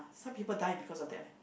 some people die because of that leh